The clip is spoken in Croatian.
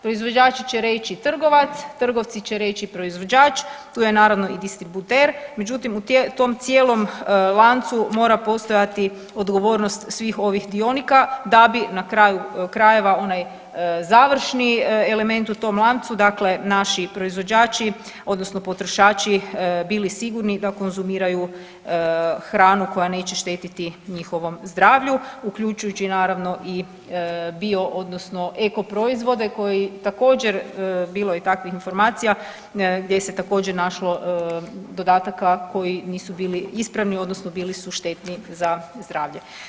Proizvođači će reći trgovac, trgovci će reći proizvođač tu je naravno i distributer, međutim u tom cijelom lancu mora postojati odgovornost svih ovih dionika da bi na kraju krajeva onaj završni element u tom lancu dakle naši proizvođači odnosno potrošači bili sigurni da konzumiraju hranu koja neće štetiti njihovom zdravlju, uključujući naravno i bio odnosno eko proizvode koji također bilo je takvih informacija gdje se također našlo dodataka koji nisu bili ispravni odnosno bili su štetni za zdravlje.